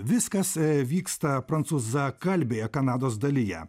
viskas vyksta prancūzakalbėje kanados dalyje